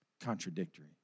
contradictory